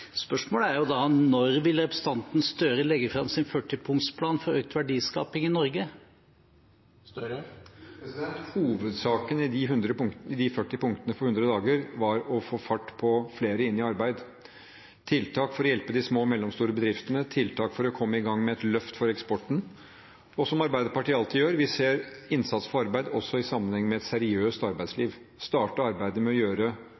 Spørsmålet er da: Når vil representanten Gahr Støre legge fram sin 40-punktsplan for økt verdiskaping i Norge? Hovedsaken i de 40 punktene for 100 dager er å få fart på å få flere inn i arbeid, tiltak for å hjelpe de små og mellomstore bedriftene, tiltak for å komme i gang med et løft for eksporten. Og som Arbeiderpartiet alltid gjør: Vi ser innsats for arbeid i sammenheng med et seriøst arbeidsliv, og vi vil starte arbeidet med å gjøre